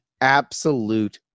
absolute